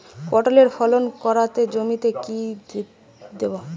পটলের ফলন কাড়াতে জমিতে কি দেবো?